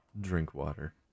Drinkwater